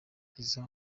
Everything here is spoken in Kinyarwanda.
iza